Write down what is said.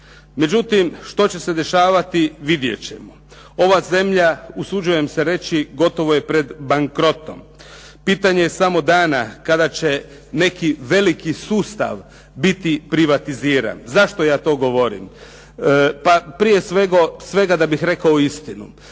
Međutim, što će se dešavati vidjet ćemo. Ova zemlja usuđujem se reći gotovo je pred bankrotom. Pitanje je samo dana kada će neki veliki sustav biti privatiziran. Zašto ja to govorim? Pa prije svega da bih rekao istinu,